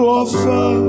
offer